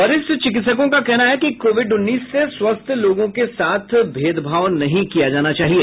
वरिष्ठ चिकित्सकों का कहना है कि कोविड उन्नीस से स्वस्थ लोगों के साथ भेदभाव नहीं किया जाना चाहिए